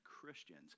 Christians